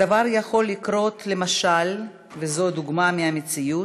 הדבר יכול לקרות, למשל, וזאת דוגמה מהמציאות,